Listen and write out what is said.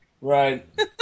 Right